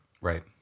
right